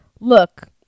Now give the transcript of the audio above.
look